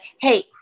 hey